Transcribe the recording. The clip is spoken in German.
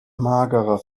magerer